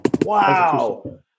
Wow